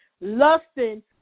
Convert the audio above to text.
lusting